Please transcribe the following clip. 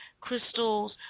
crystals